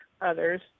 others